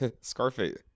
scarface